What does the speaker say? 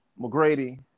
McGrady